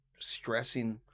stressing